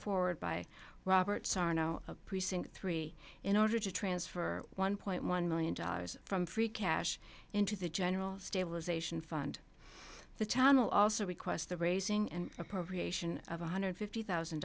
forward by robert sarno precinct three in order to transfer one point one million dollars from free cash into the general stabilization fund the channel also requests the raising and appropriation of one hundred fifty thousand